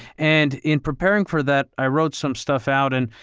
and in preparing for that, i wrote some stuff out and,